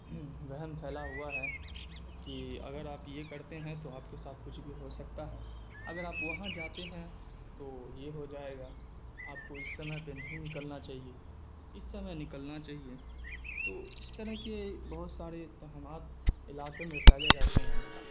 وہم پھیلا ہوا ہے کہ اگر آپ یہ کرتے ہیں تو آپ کے ساتھ کچھ بھی ہوسکتا ہے اگر آپ وہاں جاتے ہیں تو یہ ہو جائے گا آپ کو اس سمے پہ نہیں نکلنا چاہیے اس سمے نکلنا چاہیے تو اس طرح کے بہت سارے توہمات علاقے میں پھیلے رہتے ہیں ہمیشہ